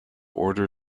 order